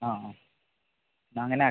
ആ ആ ഞാൻ തന്നെ അയക്കും